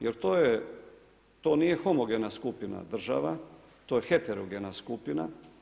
Jer to je, to nije homogena skupina država, to je heterogena skupina.